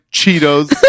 Cheetos